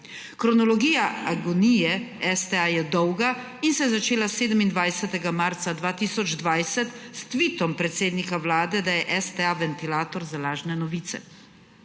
Kronologija agonije STA je dolga in se je začela 27. marca 2020, s tvitom predsednika Vlade, da je STA ventilator za lažne novice.